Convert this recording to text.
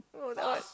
no that one